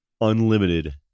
unlimited